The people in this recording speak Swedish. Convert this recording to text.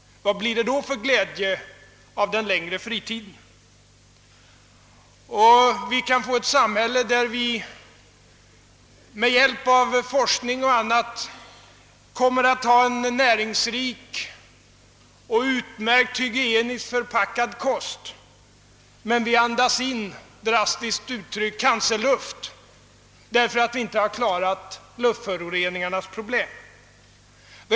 Vad blir det då för glädje av den längre fritiden? Vi kan få ett samhälle där vi med hjälp av forskning och annat kommer att ha en näringsrik och utmärkt hygieniskt förpackad kost, men vi andas in, drastiskt uttryckt, cancerluft därför att vi inte klarat luftföroreningarnas problem.